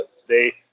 today